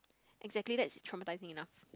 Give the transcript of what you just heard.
exactly that's traumatising enough